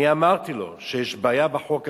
אני אמרתי לו שיש בעיה בחוק הזה.